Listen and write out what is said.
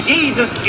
Jesus